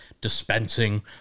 dispensing